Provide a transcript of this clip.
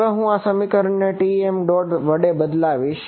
હવે હું આ સમીકરણ ને Tm dot વડે બદલાવીશ